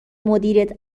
مدیریت